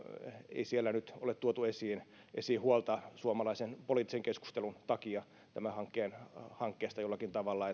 ei siellä nyt ole tuotu esiin esiin huolta suomalaisen poliittisen keskustelun takia tästä hankkeesta millään tavalla